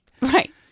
Right